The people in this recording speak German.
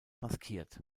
maskiert